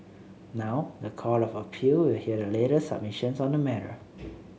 now the Court of Appeal will hear the latest submissions on the matter